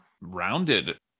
Rounded